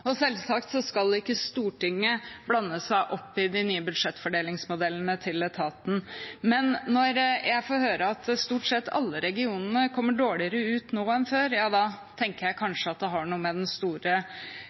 Selvsagt skal ikke Stortinget blande seg opp i de nye budsjettfordelingsmodellene til etaten, men når jeg får høre at stort sett alle regionene kommer dårligere ut nå enn før, ja da tenker jeg